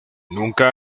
nunca